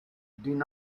deny